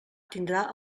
tindrà